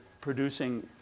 producing